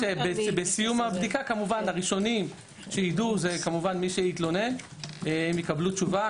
בסיום הבדיקה הראשונית הם יקבלו תשובה.